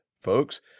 folks